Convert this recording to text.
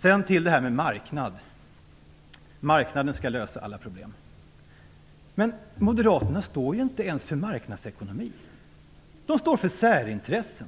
Sedan till det här med marknaden. Marknaden skall lösa alla problem. Men Moderaterna står inte ens för marknadsekonomi. De står för särintressen.